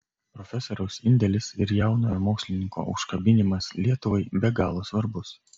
profesoriaus indelis ir jaunojo mokslininko užkabinimas lietuvai be galo svarbus